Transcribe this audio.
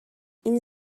این